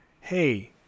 hey